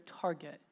target